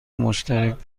مشترک